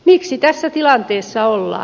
miksi tässä tilanteessa ollaan